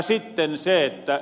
sitten ed